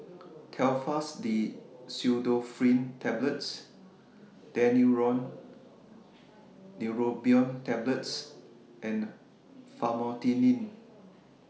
Telfast D Pseudoephrine Tablets Daneuron Neurobion Tablets and Famotidine